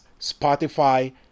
Spotify